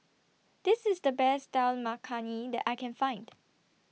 This IS The Best Dal Makhani that I Can Find